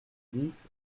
dix